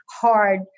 hard